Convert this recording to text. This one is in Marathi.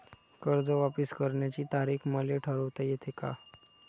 कर्ज वापिस करण्याची तारीख मले ठरवता येते का?